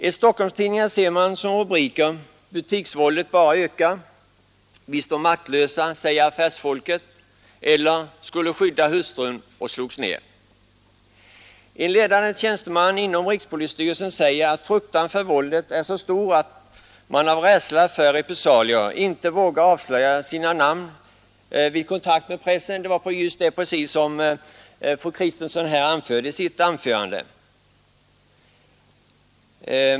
I Stockholmstidningarna ser man som rubriker: ”Butiksvåldet bara ökar”, ”Vi står maktlösa, säger affärsfolket” eller ”Skulle skydda hustrun, slogs ned”. En ledande tjänsteman inom rikspolisstyrelsen säger att fruktan för våldet är så stor att många människor av rädsla för repressalier inte vågar avslöja sina namn vid kontakt med pressen. Det var just detta som fru Kristensson berörde i sitt anförande.